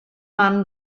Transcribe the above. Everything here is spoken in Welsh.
man